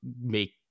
make